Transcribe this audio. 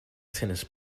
tennis